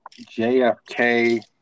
JFK